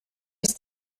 ist